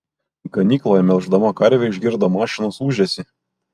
ganykloje melždama karvę išgirdo mašinos ūžesį